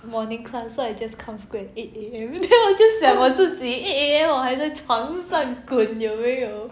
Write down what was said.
morning class so I just come school at eight A_M 我就想我自己 eight am 我还在床上滚有没有